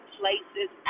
places